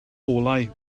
olau